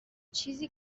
چیزی